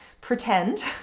pretend